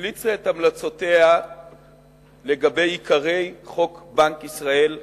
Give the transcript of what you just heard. המליצה את המלצותיה לגבי עיקרי חוק בנק ישראל הנדרש.